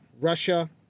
Russia